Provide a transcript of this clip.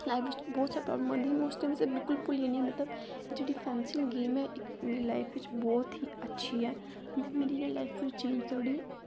बहुत जादा प्रॉबल्म आंदी मोस्ट ते में भुल्ली जन्नी मतलब जेह्ड़ी फैंसिंग गेम ऐ मेरी लाईफ च बहुत ई अच्छी ऐ मतलब मेरी लाईफ चेंज़ थोह्ड़ी